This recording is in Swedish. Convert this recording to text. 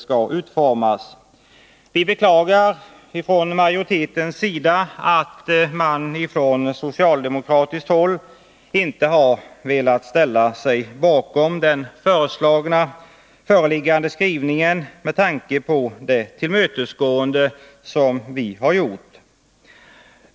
Vi beklagar att man från socialdemokratiskt håll inte har velat ställa sig bakom den föreliggande skrivningen med tanke på det tillmötesgående vi gjort.